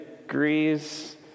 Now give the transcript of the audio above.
degrees